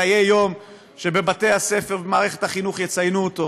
אלא יהיה יום שבבתי-הספר ובמערכת החינוך יציינו אותו,